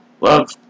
love